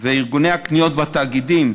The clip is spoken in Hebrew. וארגוני הקניות והתאגידים,